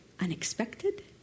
unexpected